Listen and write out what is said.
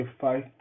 five